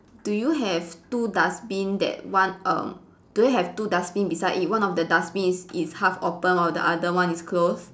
do you have two dustbin that one err do you have two dustbin beside it one of the dustbin is is half open while the other one is close